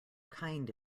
kind